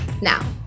Now